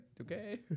Okay